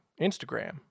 Instagram